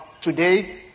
today